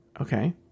Okay